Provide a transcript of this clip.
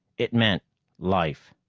it meant life!